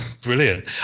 Brilliant